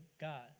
God